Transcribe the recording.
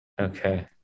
Okay